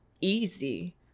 easy